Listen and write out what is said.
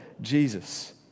Jesus